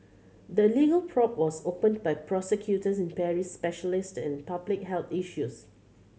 the legal probe was opened by prosecutors in Paris specialised in public health issues